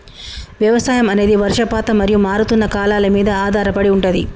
వ్యవసాయం అనేది వర్షపాతం మరియు మారుతున్న కాలాల మీద ఆధారపడి ఉంటది